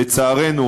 לצערנו,